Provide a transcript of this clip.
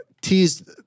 teased